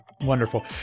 Wonderful